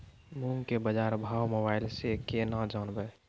मूंग के बाजार भाव मोबाइल से के ना जान ब?